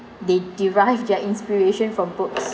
they derive their inspiration from books